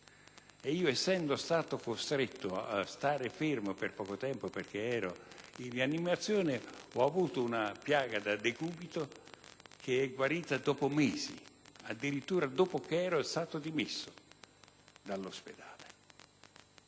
Sono infatti stato costretto a stare fermo per poco tempo perché ero in rianimazione, ho avuto una piaga da decubito che è guarita dopo mesi, addirittura dopo che ero stato dimesso dall'ospedale.